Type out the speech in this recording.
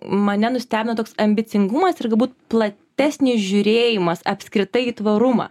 mane nustebino toks ambicingumas ir galbūt platesnis žiūrėjimas apskritai tvarumą